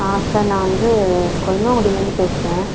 ஆ sir நான் வந்து கொலுமங்குடியில இருந்து பேசுகிறேன்